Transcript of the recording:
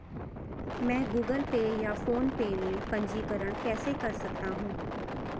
मैं Google Pay या PhonePe में पंजीकरण कैसे कर सकता हूँ?